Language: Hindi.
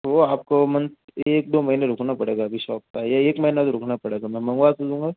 वो आपको मने एक दो महीने रुखना पड़ेगा अभी शॉप पर या एक महिना तो रुखना पड़ेगा मैं मँगवा तो दूंगा